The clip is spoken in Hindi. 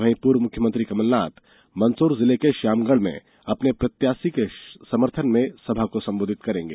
वहीं पूर्व मुख्यमंत्री कमलनाथ मंदसौर जिले के श्यामगढ़ में अपने र्पतयाशी के समर्थन में सभा को संबोधित करेंगे